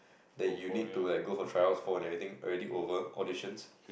that you need to like go for tryouts for everything already over auditions